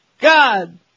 God